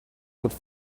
could